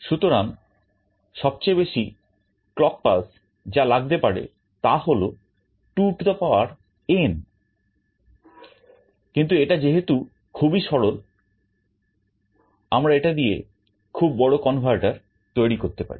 সুতরাং সবচেয়ে বেশি clock pulse যা লাগতে পারে তা হল 2n কিন্তু এটা যেহেতু খুবই সরল আমরা এটা দিয়ে খুব বড় converter তৈরি করতে পারি